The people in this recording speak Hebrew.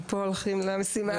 מפה הולכים למשימה הבאה.